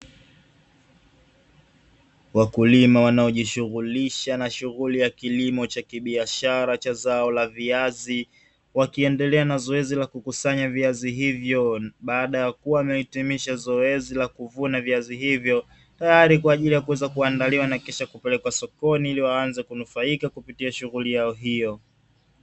Wakulima wanaojishughulisha na shughuli ya kilimo cha kibiashara cha zao la viazi, wakiendelea na zoezi la kukusanya viazi hivyo baada ya kuwa wamehitimisha zoezi la kuvuna viazi hivyo, tayari kwa ajili ya kuweza kuandaliwa na kisha kupelekwa sokoni ili waanze kunufaika kupitia shughuli yao hiyo.